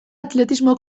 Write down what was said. atletismo